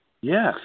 Yes